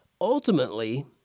ultimately